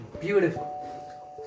beautiful